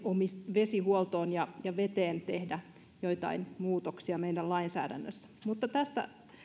vesihuoltoon ja veteen tehdä joitain muutoksia meidän lainsäädännössä mutta tästä